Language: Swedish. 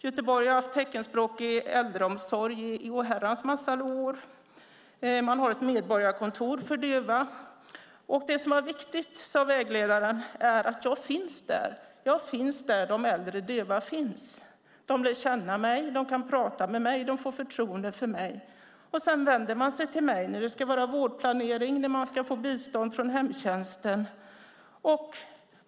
Göteborg har haft teckenspråkig äldreomsorg i oherrans massa år. Man har ett medborgarkontor för döva. Det som var viktigt, sade vägledare, är att jag finns där de äldre döva finns. De lär känna mig, de kan prata med mig och de får förtroende för mig. Sedan vänder de sig till mig när de ska få vårdplanering, bistånd från hemtjänsten.